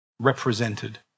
Represented